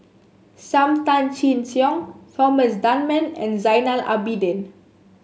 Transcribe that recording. Sam Tan Chin Siong Thomas Dunman and Zainal Abidin